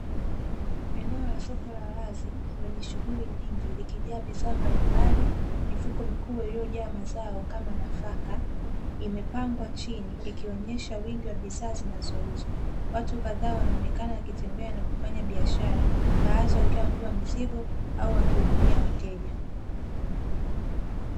Eneo la soko la wazi, lenye shuguli nyingi, likijaa bidhaa mbalimbali, mifuko mikubwa iliyojaa mazao kama nafaka, imepangwa chini ikionyesha wingi wa bidhaa zinazouzwa, watu kadhaa wanaonekana wakitembea wakifanya biashara, baadhi wakiwa wamebeba mizigo, au wakihudumia wateja.